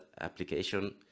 application